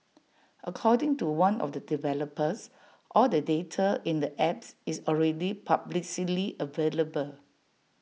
according to one of the developers all the data in the apps is already publicly available